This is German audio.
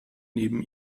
neben